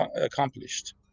accomplished